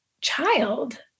child